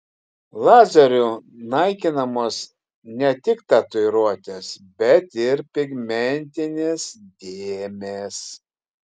lazeriu naikinamos ne tik tatuiruotės bet ir pigmentinės dėmės